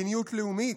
מדיניות לאומית,